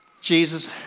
Jesus